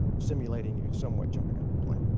simulating you somewhat jumping out of a plane.